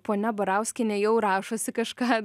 ponia barauskienė jau rašosi kažką